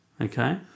Okay